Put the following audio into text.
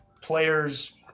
players